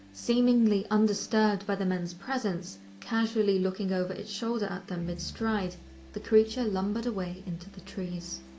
seemingly undisturbed by the men's presence casually looking over its shoulder at them mid-stride the creature lumbered away into the trees.